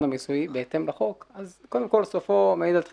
המיסויי בהתאם לחוק אז קודם כל סופו מעיד על תחילתו.